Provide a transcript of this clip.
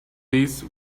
these